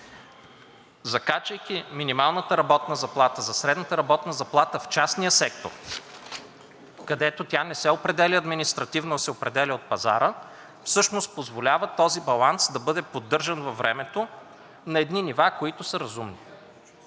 Закачайки минималната работна заплата за средната работна заплата в частния сектор, където тя не се определя административно, а се определя от пазара, това всъщност позволява този баланс да бъде поддържан във времето на едни нива, които са разумни.